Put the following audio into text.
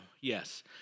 yes